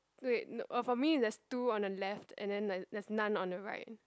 no wait no uh for me there's two on the left and then like there's none on the right